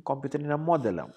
kompiuteriniam modeliam